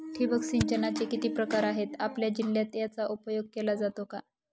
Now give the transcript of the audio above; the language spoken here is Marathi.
ठिबक सिंचनाचे किती प्रकार आहेत? आपल्या जिल्ह्यात याचा उपयोग केला जातो का?